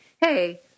hey